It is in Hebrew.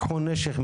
לקחו נשק,